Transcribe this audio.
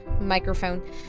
microphone